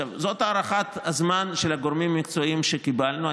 זאת הערכת הזמן של הגורמים המקצועיים שקיבלנו.